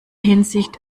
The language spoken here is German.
hinsicht